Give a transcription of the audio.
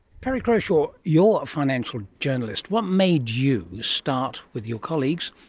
perrie croshaw, you're a financial journalist. what made you start, with your colleagues,